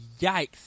yikes